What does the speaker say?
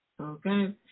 Okay